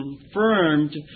confirmed